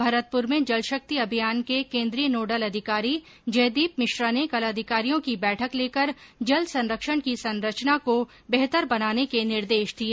भरतपुर में जल शक्ति अभियान के केन्द्रीय नोडल अधिकारी जयदीप मिश्रा ने कल अधिकारियों की बैठक लेकर जल संरक्षण की संरचना को बेहतर बनाने के निर्देश दिए